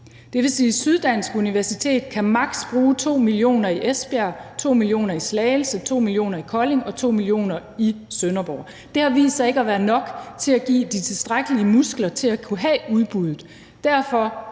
Det vil sige, at Syddansk Universitet kan bruge maksimalt 2 mio. kr. i Esbjerg, 2 mio. kr. i Slagelse, 2 mio. kr. i Kolding og 2 mio. kr. i Sønderborg. Det har vist sig ikke at være nok til at give de tilstrækkelige muskler til at kunne have udbuddet,